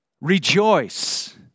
rejoice